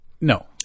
No